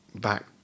back